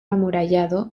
amurallado